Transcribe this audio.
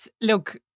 look